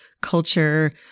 culture